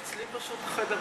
אצלי פשוט החדר רחוק.